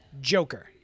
Joker